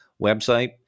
website